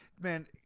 Man